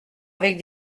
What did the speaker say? avec